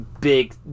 big